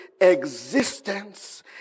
existence